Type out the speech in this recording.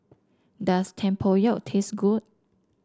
does Tempoyak taste good